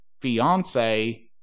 fiance